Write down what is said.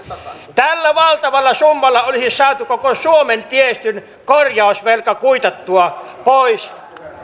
tällä valtavalla summalla olisi saatu koko suomen tiestön korjausvelka kuitattua pois